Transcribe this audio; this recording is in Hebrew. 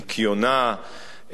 ניקיונה,